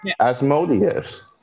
Asmodeus